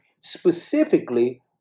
specifically